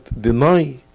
deny